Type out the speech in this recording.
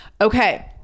Okay